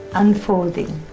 unfolding.